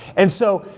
and so,